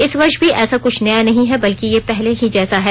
इस वर्ष भी ऐसा कृछ नया नहीं है बल्कि ये पहले ही जैसा है